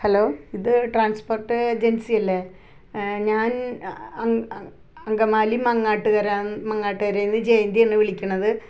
hello ഇത് transport ഏജൻസിയല്ലേ ഞാൻ അൻ അങ്കമാലി മങ്ങാട്ടുകര മങ്ങാട്ടുകാരയിൽ നിന്നാണ് ജയന്തിയാണ് വിളിക്കുന്നത്